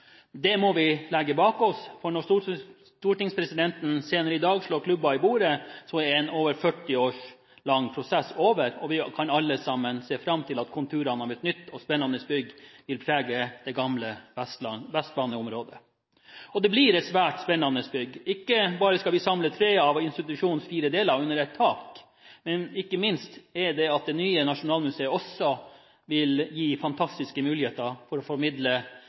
Det må vi legge bak oss. Når stortingspresidenten senere i dag slår klubba i bordet, er en over 40 år lang prosess over. Vi kan alle se fram til at konturene av et nytt og spennende bygg vil prege det gamle Vestbaneområdet. Det blir et svært spennende bygg. Ikke bare skal vi samle tre av institusjonens fire deler under ett tak – det nye nasjonalmuseet vil ikke minst også gi fantastiske muligheter til å formidle